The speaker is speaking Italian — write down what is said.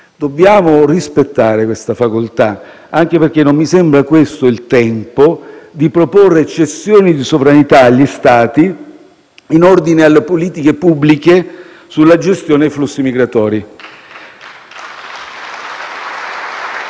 Dobbiamo rispettare questa facoltà, anche perché non mi sembra questo il tempo di proporre cessioni di sovranità agli Stati in ordine alle politiche pubbliche sulla gestione dei flussi migratori.